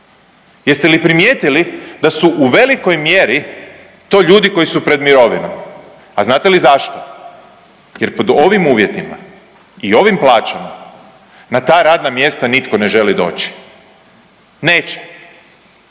Jeste li primijetili da su u velikoj mjeri to ljudi koji su pred mirovinom? A znate li zašto jer pod ovim uvjetima i ovim plaćama na ta radna mjesta nitko ne želi doći, neće.